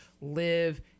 live